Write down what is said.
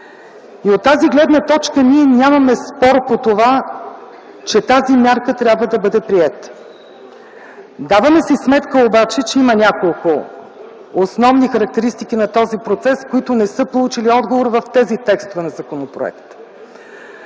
От тази гледна точка ние нямаме спор по това, че тази мярка трябва да бъде приета. Даваме си сметка обаче, че има няколко основни характеристики на този процес, които не са получили отговор в тези текстове на законопроекта.